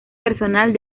personal